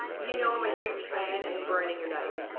you know i'm a huge fan in branding your name.